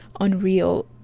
unreal